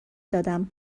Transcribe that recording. دادم